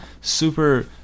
super